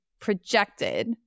projected